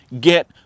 Get